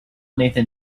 nathan